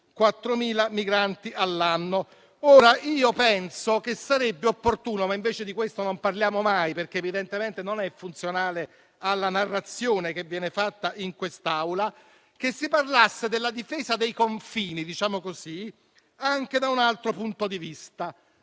4.000 migranti all'anno. Penso che sarebbe opportuno - ma di questo non parliamo mai, perché evidentemente non è funzionale alla narrazione che viene fatta in quest'Aula - che si parlasse della difesa dei confini anche da un altro punto di vista.